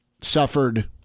suffered